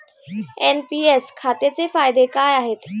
NPS खात्याचे फायदे काय आहेत?